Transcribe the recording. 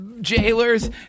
jailers